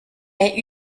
est